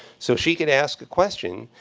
so she could ask a question.